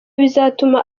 bizatuma